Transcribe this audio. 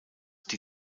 die